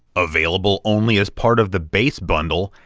available only as part of the base bundle,